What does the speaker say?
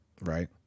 Right